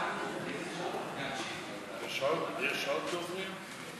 יש עוד דוברים?